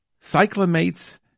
Cyclamates